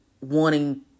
wanting